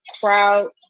crowd